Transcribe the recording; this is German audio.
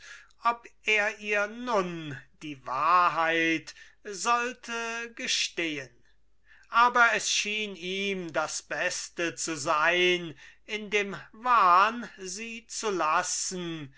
ob er ihr nun die wahrheit sollte gestehen aber es schien ihm das beste zu sein in dem wahn sie zu lassen